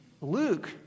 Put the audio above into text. Luke